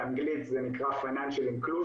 באנגלית זה נקרא financial inclusion,